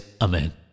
Amen